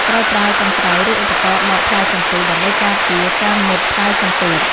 ត្រូវប្រើ កន្ត្រៃ ឬឧបករណ៍ដកផ្លែសន្ទូច ដើម្បីការពារការការមុតផ្លែសន្ទូច។